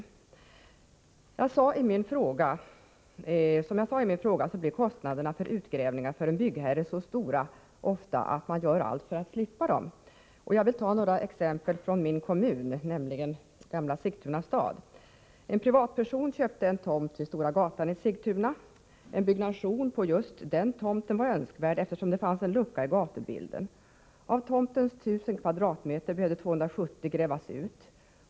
Som jag framhöll i min fråga blir en byggherres kostnader för utgrävningar ofta så stora att han gör allt för att slippa dem. Jag vill ta några exempel från min kommun, gamla Sigtuna stad. En privatperson köpte en tomt vid Stora Gatan i Sigtuna. En byggnation på just den tomten var önskvärd, eftersom det fanns en lucka i gatubilden. Av tomtens 1 000 m? behövde 270 grävas ut.